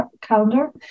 Calendar